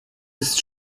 ist